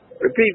Repeat